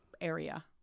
area